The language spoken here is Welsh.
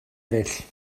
eraill